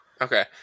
Okay